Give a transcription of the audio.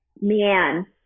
man